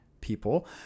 people